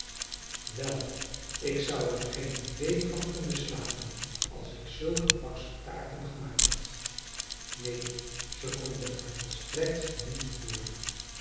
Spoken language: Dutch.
wel ik zou er geene week van kunnen slapen als ik zulk een baksel taarten gemaakt had neen ze konden er volstrekt niet door